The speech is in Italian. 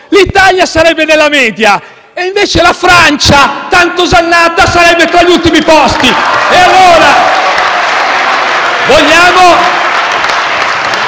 l'Italia sarebbe nella media e, invece, la Francia, tanto osannata, sarebbe tra gli ultimi posti. *(Applausi